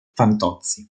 fantozzi